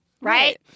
Right